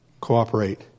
Cooperate